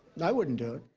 i wouldn't do it.